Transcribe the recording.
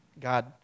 God